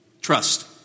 Trust